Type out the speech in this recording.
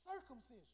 circumcision